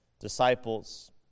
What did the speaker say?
disciples